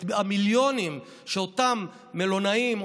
את המיליונים שאותם מלונאים,